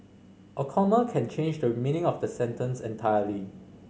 a comma can change the meaning of the sentence entirely